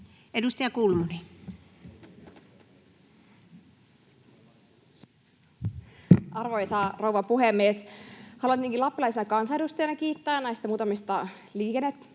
Content: Arvoisa rouva puhemies! Haluan tietenkin lappilaisena kansanedustajana kiittää näistä muutamista